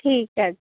ঠিক আছে